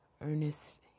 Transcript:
Ernest